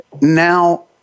Now